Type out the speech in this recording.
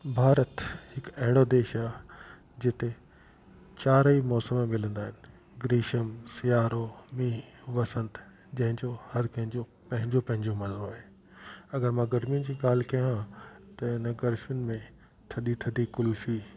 भारत हिकु अहिड़ो देश आहे जिते चारि मौसम मिलंदा आहिन ग्रीषम सिआरो मींहं वसंत जंहिंजो हर कंहिंजो पंहिंजो पंहिंजो मज़ो आए अगर मां गरमियुन जी ॻाल्हि कियां त त इन गर्मियुनि में थधी थधी कुल्फी